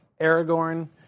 Aragorn